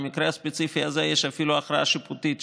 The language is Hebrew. במקרה הספציפי הזה יש אפילו הכרעה שיפוטית,